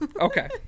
Okay